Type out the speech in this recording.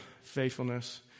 faithfulness